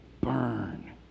burn